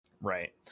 right